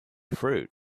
fruit